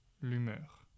l'humeur